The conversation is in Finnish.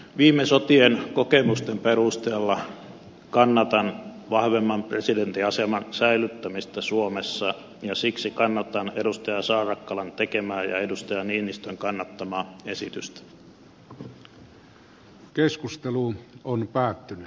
viime sotien kokemusten perusteella kannatan presidentin vahvemman aseman säilyttämistä suomessa ja siksi kannatan edustaja saarakkalan tekemää ja edustaja niinistön kannattamaa esitystä